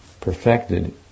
perfected